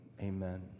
amen